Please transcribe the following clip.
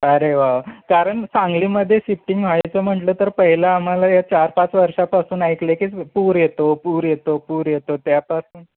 अरे वा कारण सांगलीमध्ये शिफ्टींग व्हायचं म्हटलं तर पहिलं आम्हाला या चार पाच वर्षापासून ऐकले की पूर येतो पूर येतो पूर येतो त्यापासून